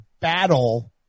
battle